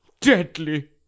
deadly